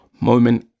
moment